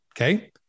Okay